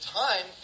time